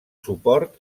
suport